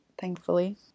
thankfully